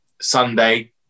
Sunday